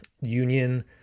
union